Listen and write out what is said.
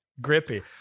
grippy